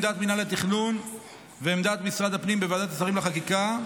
עמדת מינהל התכנון ועמדת משרד הפנים בוועדת השרים לחקיקה היא